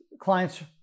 clients